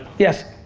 yes,